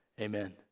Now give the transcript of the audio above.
Amen